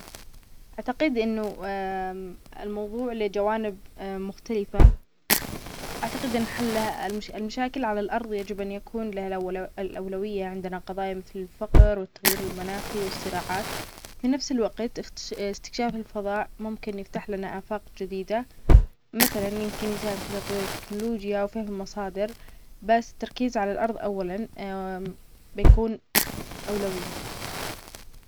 أعتقد أنه الموضوع له جوانب مختلفة. أعتقد أن حلها المش-المشاكل على الأرض يجب أن يكون لها الألو-الأولوية. عندنا قضايا مثل الفقر والتغيير المناخي والصراعات. في نفس الوقت، اختش-استكشاف الفضاء ممكن يفتح لنا أفاق جديدة. مثلاً يمكن يساهم في تطوير التكنولوجيا وفهم المصادر. بس التركيز على الأرض أولاً بيكون أولوية.